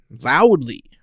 loudly